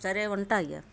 సరే ఉంటా అయ్యా